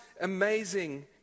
amazing